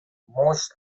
مشت